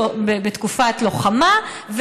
בתקופת לוחמה,